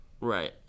Right